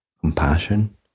compassion